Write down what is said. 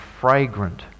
fragrant